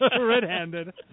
Red-handed